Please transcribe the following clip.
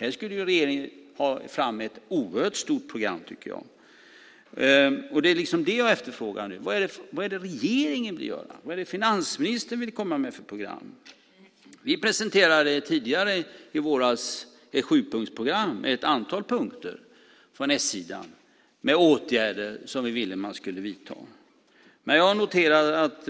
Här skulle regeringen ta fram ett oerhört stort program, tycker jag. Det är det jag efterfrågar nu. Vad är det regeringen vill göra? Vad är det finansministern vill komma med för program? Vi presenterade tidigare i våras ett sjupunktsprogram från s-sidan med åtgärder som vi ville att man skulle vidta. Men jag noterade att